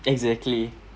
exactly